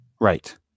Right